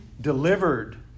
delivered